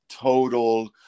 total